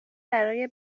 برای